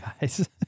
guys